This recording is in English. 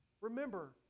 Remember